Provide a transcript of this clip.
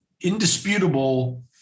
indisputable